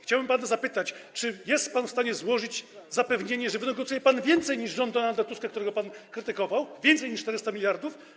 Chciałbym pana zapytać, czy jest pan w stanie złożyć zapewnienie, że wynegocjuje pan więcej niż rząd Donalda Tuska, którego pan krytykował, więcej niż 400 mld.